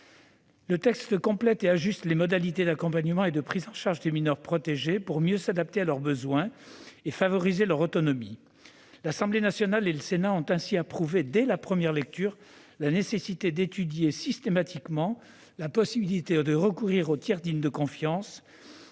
Le texte complète et ajuste les modalités d'accompagnement et de prise en charge des mineurs protégés, pour mieux s'adapter à leurs besoins et favoriser leur autonomie. L'Assemblée nationale et le Sénat ont ainsi approuvé, dès la première lecture, la nécessité d'étudier systématiquement la possibilité de recourir à un tiers digne de confiance,